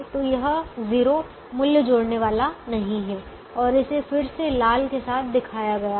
तो यह 0 मूल्य जोड़ने वाला नहीं है और इसे फिर से लाल के साथ दिखाया गया है